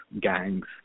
gangs